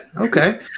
Okay